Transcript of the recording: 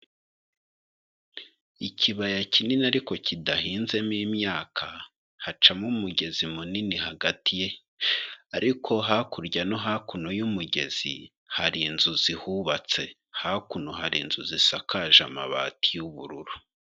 Ikibaya kinini ariko kidahinzemo imyaka hacamo umugezi munini hagati ye, ariko hakurya no hakuno y'umugezi hari inzu zihubatse, hakuno hari inzu zisakaje amabati y'ubururu.